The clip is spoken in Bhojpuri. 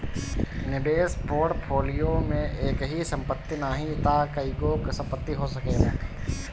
निवेश पोर्टफोलियो में एकही संपत्ति नाही तअ कईगो संपत्ति हो सकेला